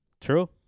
True